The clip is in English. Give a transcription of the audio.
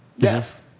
Yes